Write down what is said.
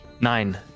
Nine